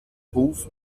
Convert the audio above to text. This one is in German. ruf